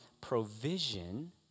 provision